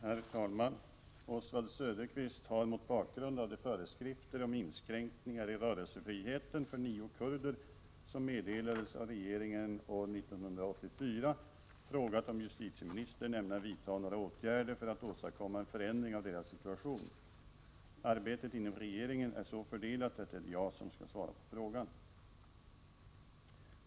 Herr talman! Oswald Söderqvist har mot bakgrund av de föreskrifter om inskränkningar i rörelsefriheten för nio kurder som meddelades av regeringen år 1984 frågat om justitieministern ämnar vidta några åtgärder för att åstadkomma en förändring av deras situation. Arbetet inom regeringen är så fördelat att det är jag som skall besvara frågan.